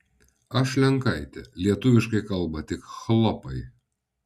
aš lenkaitė lietuviškai kalba tik chlopai